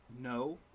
No